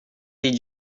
did